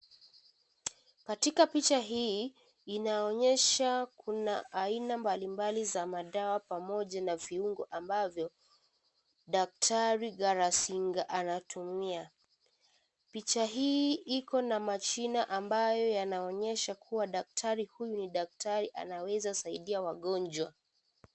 Katika picha hii, inaonyesha kuna aina mbalimbali za madawa pamoja na viungo ambavyo daktari Galazinga anatumia. Picha hii ikona majina ambayo yanaonyesha kuwa daktari huyu ni daktari anaweza saidia wagonjwa.